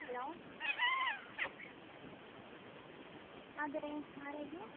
hello അതേ ആരായിരുന്നു